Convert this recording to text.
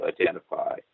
identify